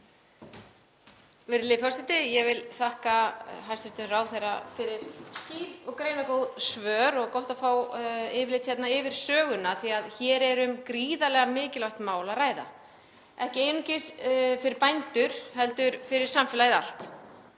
Virðulegi forseti. Ég vil þakka hæstv. ráðherra fyrir skýr og greinargóð svör og gott að fá yfirlit yfir söguna af því að hér er um gríðarlega mikilvægt mál að ræða, ekki einungis fyrir bændur heldur fyrir samfélagið allt.